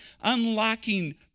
unlocking